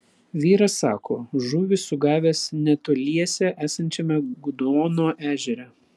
vyras sako žuvį sugavęs netoliese esančiame gudono ežere